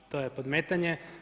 To je podmetanje.